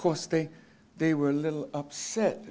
course they they were a little upset